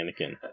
Anakin